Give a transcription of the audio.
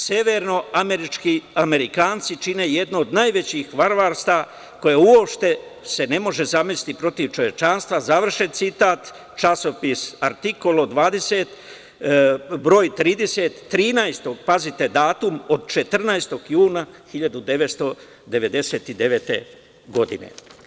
Severnoamerički Amerikanci čine jedno od najvećih varvarstava koje se uopšte ne može zamisliti protiv čovečanstva“, završen citat, časopis „Artikolo 20“ broj 13, pazite datum, od 14. juna 1999. godine.